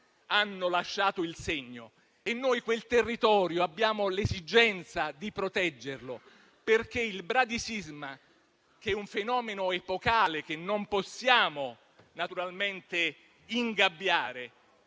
hanno lasciato il segno. Noi quel territorio abbiamo l'esigenza di proteggerlo, perché il bradisismo, un fenomeno epocale che naturalmente non possiamo ingabbiare,